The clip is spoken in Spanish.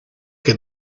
que